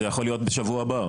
זה יכול להיות בשבוע הבא.